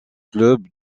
club